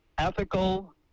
ethical